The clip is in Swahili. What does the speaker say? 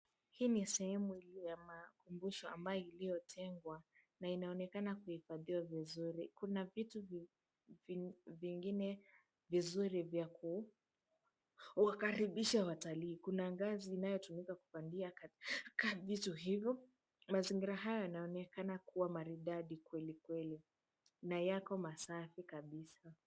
Hii ni sehemu iliyo ya makumbusho ambayo iliyotengwa na inaonekana kuhifadhiwa vizuri. Kuna vitu vingine vizuri vya kuwakaribisha watalii, kuna ngazi inayotumika kupandia ka vitu hizo. Mazingira haya yanaonekana kuwa maridadi kweli kweli na yako masafi kabisa.